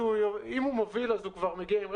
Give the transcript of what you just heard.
אם הוא מוביל, הוא מגיע עם רכב,